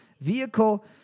vehicle